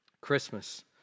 Christmas